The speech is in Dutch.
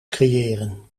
creëren